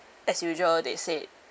as usual they said